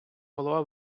голова